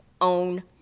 own